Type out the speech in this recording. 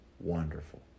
wonderful